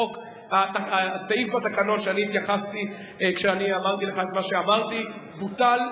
הסעיף בתקנון שאני התייחסתי כשאמרתי לך את מה שאמרתי בוטל,